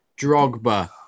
Drogba